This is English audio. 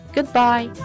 Goodbye